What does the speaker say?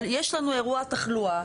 אבל יש לנו אירוע תחלואה.